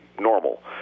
normal